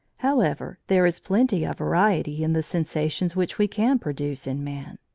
however, there is plenty of variety in the sensations which we can produce in man.